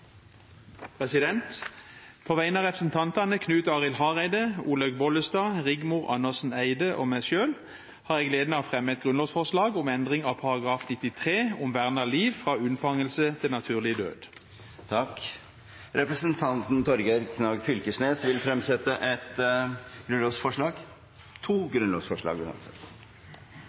På vegne av representantene Knut Arild Hareide, Olaug V. Bollestad, Rigmor Andersen Eide og meg selv har jeg gleden av å fremme et grunnlovsforslag om endring i § 93, om vern av liv fra unnfangelse til død. Representanten Torgeir Knag Fylkesnes vil fremsette to grunnlovsforslag. Eg har æra av å setje fram grunnlovsforslag